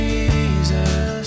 Jesus